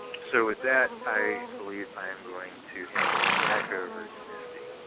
so with that i believe i am going to hand it back over to misty.